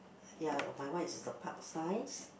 ya my one is the park size